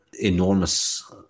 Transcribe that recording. enormous